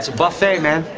buffet, man.